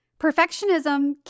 perfectionism